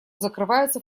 закрываются